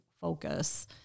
focus